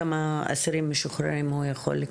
כמה אסירים משוחררים הוא יכול לקבל?